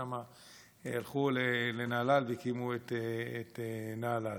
ומשם הלכו לנהלל והקימו את נהלל.